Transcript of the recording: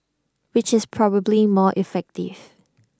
which is probably more effective